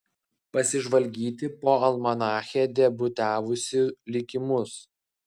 pasižvalgyti po almanache debiutavusių likimus